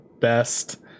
best